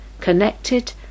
connected